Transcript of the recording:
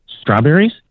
Strawberries